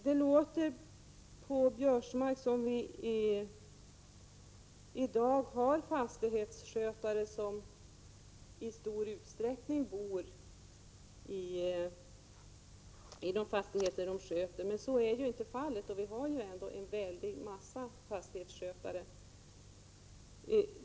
Det låter på Karl-Göran Biörsmark som om fastighetsskötarna i dagistor utsträckning bor i de fastigheter som de sköter. Men så är inte fallet — och ändå rör det sig om en mycket stor mängd fastighetsskötare.